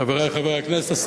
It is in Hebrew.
חברי חברי הכנסת,